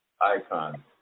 Icon